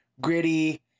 gritty